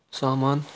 سامان